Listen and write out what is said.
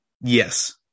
Yes